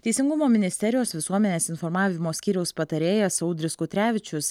teisingumo ministerijos visuomenės informavimo skyriaus patarėjas audrius kutrevičius